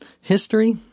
history